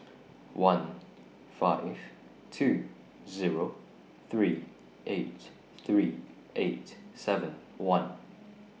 one five two Zero three eight three eight seven one